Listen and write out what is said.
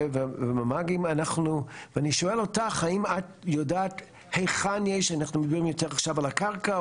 בין אם זה מפגעים מפוזרים בשטחים פתוחים או אתרים שיש בהם ערמות גדולות,